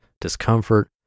discomfort